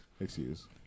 Excuse